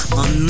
on